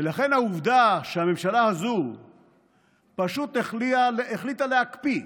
ולכן העובדה שהממשלה הזו פשוט החליטה להקפיא,